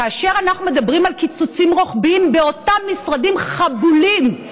כאשר אנחנו מדברים על קיצוצים רוחביים באותם משרדים חבולים,